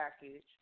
package